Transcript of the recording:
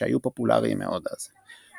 שהיו פופולריים מאוד אז.